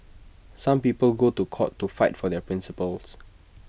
some people go to court to fight for their principles